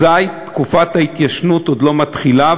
אזי תקופת ההתיישנות עוד לא מתחילה,